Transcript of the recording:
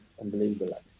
unbelievable